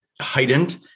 heightened